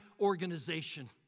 organization